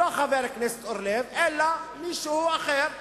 לא חבר הכנסת אורלב אלא מישהו אחר: